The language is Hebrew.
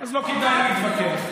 אז לא כדאי להתווכח.